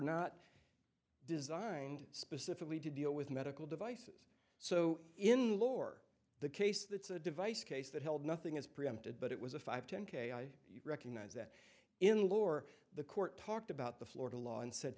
not designed specifically to deal with medical devices so in the lore the case that's a device case that held nothing is preempted but it was a five ten k i recognize that in the lore the court talked about the florida law and said